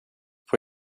får